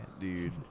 dude